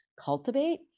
cultivate